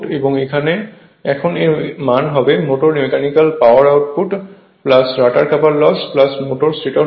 এখন এর মান হবে motor mechanical power output rotor copper loss মোট স্টেটর লস